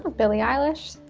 billie eilish.